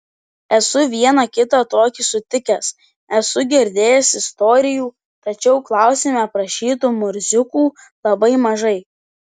esu vieną kitą tokį sutikęs esu girdėjęs istorijų tačiau klausime aprašytų murziukų labai mažai